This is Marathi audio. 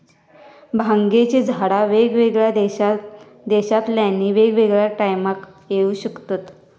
भांगेची झाडा वेगवेगळ्या देशांतल्यानी वेगवेगळ्या टायमाक येऊ शकतत